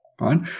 Right